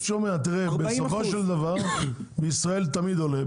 אני שומע שבסופו של דבר בישראל תמיד עולה.